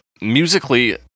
musically